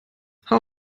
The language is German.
hau